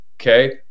okay